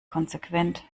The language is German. konsequent